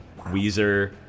Weezer